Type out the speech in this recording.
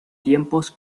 tiempos